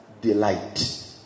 delight